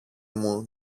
μου